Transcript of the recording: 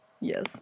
Yes